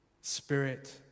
spirit